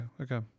okay